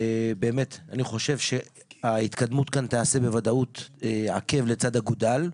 אני חושב שההתקדמות כאן תיעשה בוודאות עקב לצד אגודל,